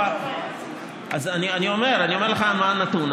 אני אומר לך מה הנתון.